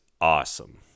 awesome